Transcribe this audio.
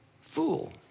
fool